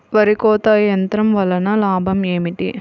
వరి కోత యంత్రం వలన లాభం ఏమిటి?